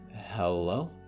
Hello